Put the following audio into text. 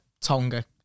Tonga